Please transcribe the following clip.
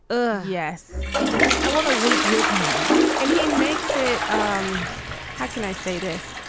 ah yes. i just i want to weep with him and he makes it. um how can i say this?